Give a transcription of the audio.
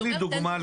תן דוגמה.